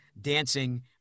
dancing